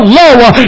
lower